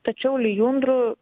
tačiau lijundrų